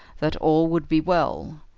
that all would be well.